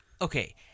okay